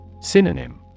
Synonym